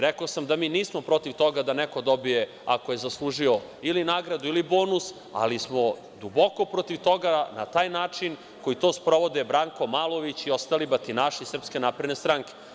Rekao sam da mi nismo protiv toga da neko dobije, ako je zaslužio, ili nagradu ili bonus, ali smo duboko protiv toga, na taj način, koji to sprovode Branko Malović i ostali batinaši Srpske napredne stranke.